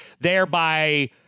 thereby